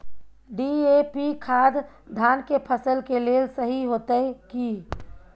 DAP खाद धान के फसल के लेल सही होतय की?